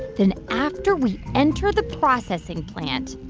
then after we entered the processing plant,